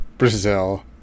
Brazil